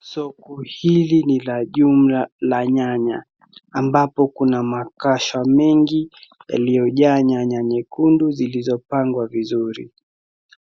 Soko hili ni la jumla ya nyanya, ambapo kuna makasha mingi yaliyojaa nyanya nyekundu zilizopangwa vizuri.